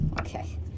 okay